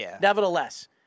nevertheless